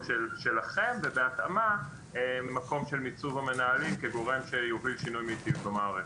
שלכם ובהתאמה למקום של מיצוב המנהלים כגורם שיוביל שינוי מיטיב במערכת.